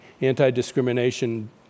anti-discrimination